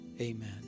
amen